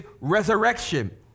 resurrection